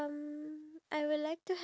just one